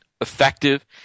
effective